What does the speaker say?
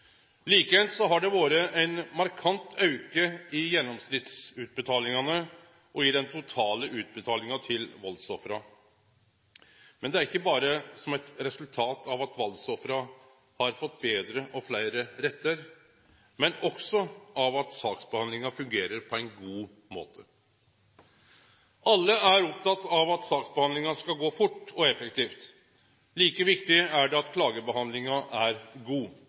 Like eins har det vore ein markant auke i gjennomsnittsutbetalingane og i den totale utbetalinga til valdsoffera. Men dette er ikkje berre eit resultat av at valdsoffera har fått betre og fleire rettar, men også av at saksbehandlinga fungerer på ein god måte. Alle er opptekne av at saksbehandlinga skal gå fort og effektivt. Like viktig er det at klagebehandlinga er god,